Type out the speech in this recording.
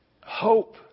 Hope